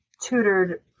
tutored